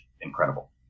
incredible